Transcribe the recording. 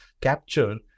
capture